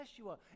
Yeshua